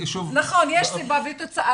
נכון, יש סיבה ותוצאה.